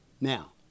Now